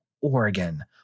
Oregon